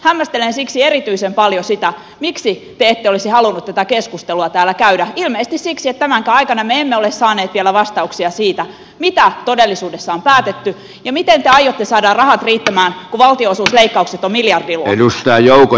hämmästelen siksi erityisen paljon sitä miksi te ette olisi halunneet tätä keskustelua täällä käydä ilmeisesti siksi että tämänkään aikana me emme ole saaneet vielä vastauksia siihen mitä todellisuudessa on päätetty ja miten te aiotte saada rahat riittämään kun valtionosuusleikkaukset ovat miljardiluokkaa